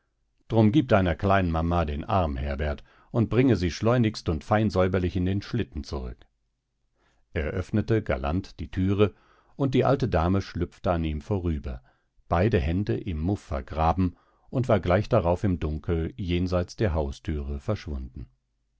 drum gib deiner kleinen mama den arm herbert und bringe sie schleunigst und fein säuberlich in den schlitten zurück er öffnete galant die thüre und die alte dame schlüpfte an ihm vorüber beide hände im muff vergraben und war gleich darauf im dunkel jenseits der hausthüre verschwunden